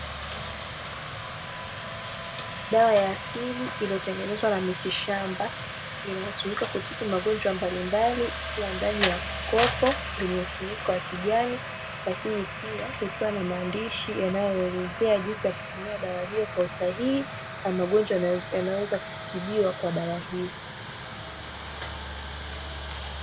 Dawa ya asili iliyotengenezwa na mitishamba inayotumika kutibu magonjwa mbalimbali ikiwa ndani ya kopo lenye mfuniko wa kijani, lakini pia likiwa na maandishi yanayo elezea jinsi ya kutumia dawa hiyo kwa usahihi na magonjwa yanayoweza kutibiwa na dawa hiyo.